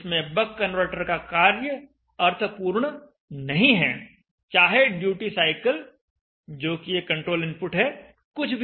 और इसलिए यह वह स्थिति है जिसमें बक कन्वर्टर का कार्य अर्थपूर्ण नहीं है चाहे ड्यूटी साइकिल जो कि एक कंट्रोल इनपुट है कुछ भी हो